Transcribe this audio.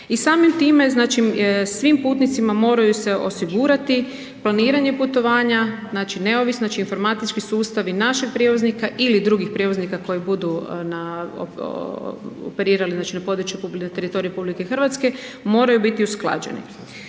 i samim time znači svim putnicima moraju se osigurati planiranje putovanja, znači neovisno, znači informatički sustav i naših prijevoznika ili drugih prijevoznika koji budu na, operirali znači na području, teritoriju RH, moraju biti usklađeni.